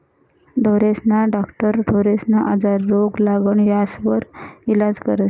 ढोरेस्ना डाक्टर ढोरेस्ना आजार, रोग, लागण यास्वर इलाज करस